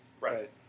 Right